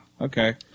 okay